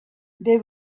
they